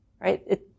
right